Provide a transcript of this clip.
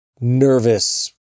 nervous